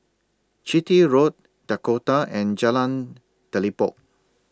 Chitty Road Dakota and Jalan Telipok